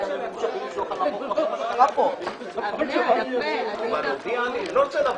הישיבה ננעלה בשעה 11:20.